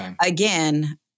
again-